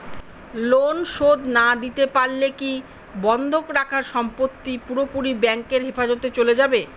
Loan শোধ না দিতে পারলে কি বন্ধক রাখা সম্পত্তি পুরোপুরি ব্যাংকের হেফাজতে চলে যাবে?